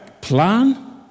plan